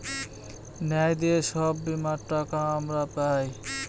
ন্যায় দিয়ে সব বীমার টাকা আমরা পায়